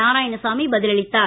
நாராயணசாமி பதிலளித்தார்